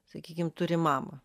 sakykim turi mamą